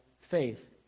faith